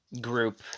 group